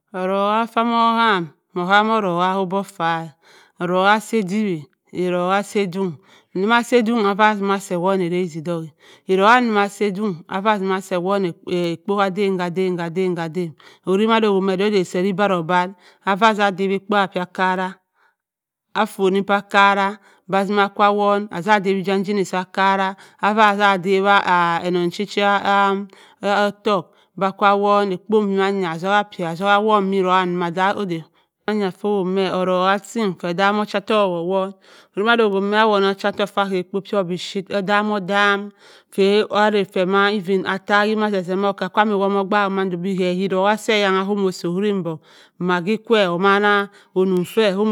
Erowa fa man obuam oulami erowa abok afa-a erowa sa eduwi erowa su edong ewoma sa edong afa simmi se awonh erazi dok-a erowa si edong afa simma se awonh ekpo kar-don-adan owuridẹ madeowar me se fi obari obar afa sa adawi ekpo ka akara afonni pe akara be azimmi aka owonh adawi etangini arawa afa azaa adawi ennon chi ko ott oh aka awona ekpo pi ma atzinna a wonh mẹ erowa ma za oda wan-ye erowa fe odami ocha ottoh owon owuribe mado owowa me awone ocha-ayimi ma zẹzẹ ma okka kwaam obaak wom mando be erowa se eyan-nna ko-mo si owuri mbong maggi kwa omona onnom fe